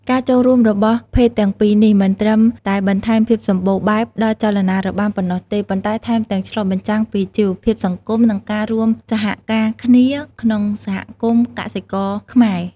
ការចូលរួមរបស់ភេទទាំងពីរនេះ មិនត្រឹមតែបន្ថែមភាពសម្បូរបែបដល់ចលនារបាំប៉ុណ្ណោះទេ ប៉ុន្តែថែមទាំងឆ្លុះបញ្ចាំងពីជីវភាពសង្គម និងការរួមសហការគ្នាក្នុងសហគមន៍កសិករខ្មែរ។